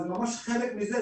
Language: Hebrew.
זה ממש חלק מזה,